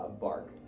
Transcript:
bark